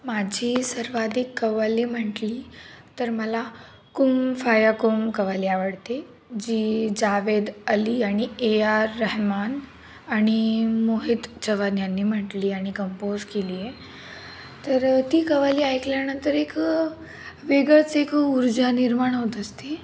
माझी सर्वाधिक कवाली म्हटली तर मला कुम फाया कुम कवाली आवडते जी जावेद अली आणि ए आर रेहमान आणि मोहित चौहान यांनी म्हटली आणि कंपोज केली आहे तर ती कवाली ऐकल्यानंतर एक वेगळंच एक ऊर्जा निर्माण होत असते